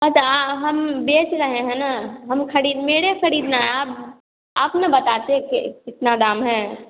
हाँ त हम बेच रहे हैं ना हम खरीद मेरे खरीदना आप आप ना बताते के कितना दाम है